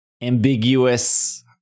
ambiguous